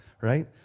right